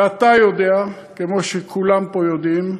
ואתה יודע, כמו שכולם פה יודעים,